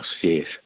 Yes